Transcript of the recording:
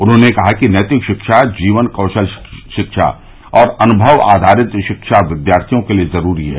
उन्होंने कहा कि नैतिक शिक्षा जीवन कौशल शिक्षा और अनुभव आधारित शिक्षा विद्यार्थियों के लिए ज़रूरी है